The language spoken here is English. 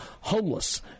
Homeless